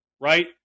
right